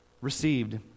received